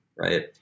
Right